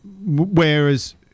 whereas